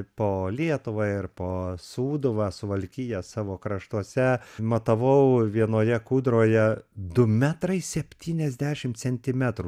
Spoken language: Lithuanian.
po lietuvą ir po sūduvą suvalkiją savo kraštuose matavau vienoje kūdroje du metrai septyniasdešimt centimetrų